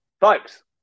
folks